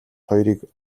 хоёрыг